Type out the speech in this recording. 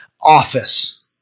office